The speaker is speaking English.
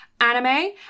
anime